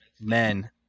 men